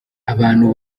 abantu